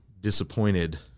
disappointed